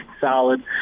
solid